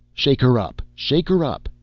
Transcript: shake her up, shake her up!